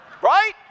Right